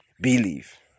believe